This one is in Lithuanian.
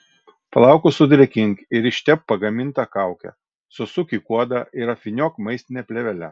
plaukus sudrėkink ir ištepk pagaminta kauke susuk į kuodą ir apvyniok maistine plėvele